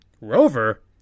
rover